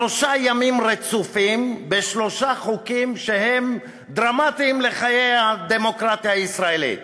שלושה ימים רצופים לשלושה חוקים שהם דרמטיים לחיי הדמוקרטיה הישראלית.